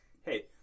hey